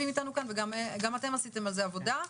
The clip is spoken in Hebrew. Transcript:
גם אתם עשים על זה עבודה.